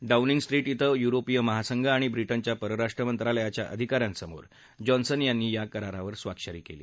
Downing स्ट्रिश्विं युरोपीय महासंघ आणि ब्रिउच्या परराष्ट्र मंत्रालयाच्या अधिकाऱ्यांसमोर जॉन्सन यांनी या करारावर स्वाक्षरी केली